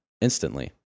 instantly